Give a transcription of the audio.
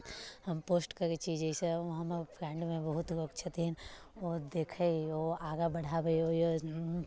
हम पोस्ट करै छी जाहिसँ हमर फ्रेंडमे बहुत लोक छै छथिन ओ देखय ओ आगाँ बढ़ाबै ओहियो